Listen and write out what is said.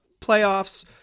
playoffs